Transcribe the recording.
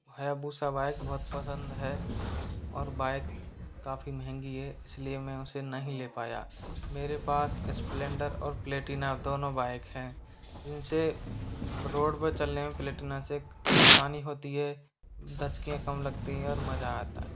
Hayabusa bike बहुत पसंद है और बाइक काफ़ी महंगी है इसलिए मैं उसे नहीं ले पाया मेरे पास स्पलेंडर और प्लेटीना दोनों बाइक हैं जिनसे रोड पर चलने मैं प्लेटीना से आसानी होती है धचकियाँ कम लगती हैं और मज़ा आता है